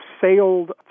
sailed